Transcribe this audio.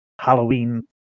halloween